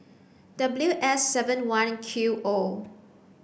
W S seven one Q O